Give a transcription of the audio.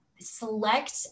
select